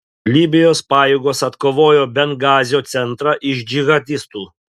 libijos pajėgos atkovojo bengazio centrą iš džihadistų